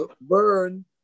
burn